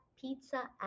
Pizza